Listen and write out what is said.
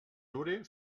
dure